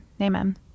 Amen